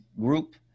group